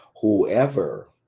whoever